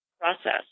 process